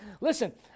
Listen